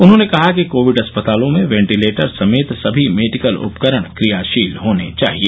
उन्होंने कहा कि कोविड अस्पतालों में वेंटीलेटर समेत सभी मेडिकल उपकरण क्रियाशील होने चाहिए